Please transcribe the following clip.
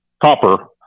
copper